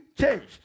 changed